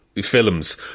films